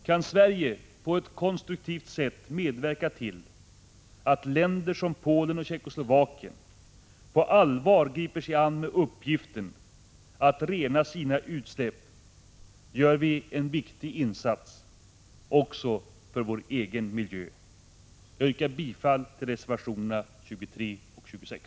Kan Sverige på ett konstruktivt sätt medverka till att länder som Polen och Tjeckoslovakien på allvar griper sig an med uppgiften att begränsa sina utsläpp, gör vi en viktig insats också för vår egen miljö. Jag yrkar bifall till reservationerna 23 och 26.